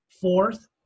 Fourth